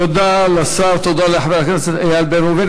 תודה לשר, תודה לחבר הכנסת איל בן ראובן.